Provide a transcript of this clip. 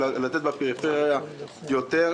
ולתת בפריפריה יותר,